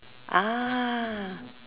ah